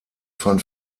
von